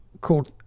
called